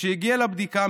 כשהיא הגיעה לבדיקה,